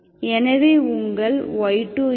எனவே உங்கள் y2என்ன